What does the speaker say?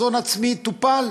אז הון עצמי טופל.